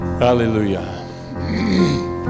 Hallelujah